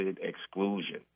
exclusion